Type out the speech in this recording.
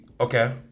Okay